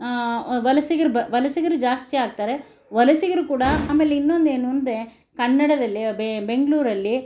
ವಲಸಿಗರು ವಲಸಿಗರು ಜಾಸ್ತಿ ಆಗ್ತಾರೆ ವಲಸಿಗರು ಕೂಡ ಆಮೇಲೆ ಇನ್ನೊಂದು ಏನು ಅಂದರೆ ಕನ್ನಡದಲ್ಲಿ ಬೆಂಗಳೂರಲ್ಲಿ